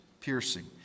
piercing